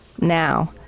now